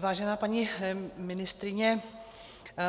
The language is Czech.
Vážená paní ministryně,